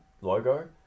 logo